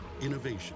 Innovation